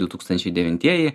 du tūkstančiai devintieji